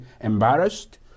embarrassed